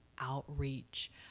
outreach